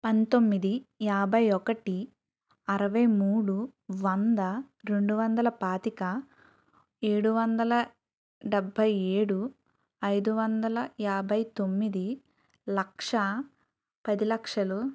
పంతొమ్మిది యాభై ఒకటి అరవై మూడు వంద రెండు వందల పాతిక ఏడు వందల డెభై ఏడు ఐదు వందల యాభై తొమ్మిది లక్ష పది లక్షలు